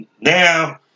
Now